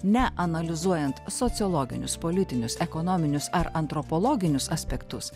ne analizuojant sociologinius politinius ekonominius ar antropologinius aspektus